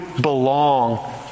belong